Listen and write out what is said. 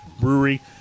Brewery